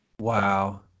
Wow